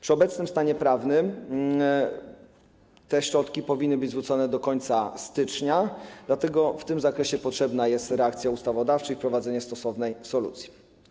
Przy obecnym stanie prawnym te środki powinny być zwrócone do końca stycznia, dlatego w tym zakresie potrzebna jest reakcja ustawodawcza i wprowadzenie stosownej solucji.